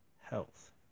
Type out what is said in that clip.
health